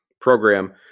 program